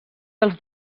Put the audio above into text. dels